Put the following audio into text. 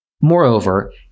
Moreover